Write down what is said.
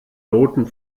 noten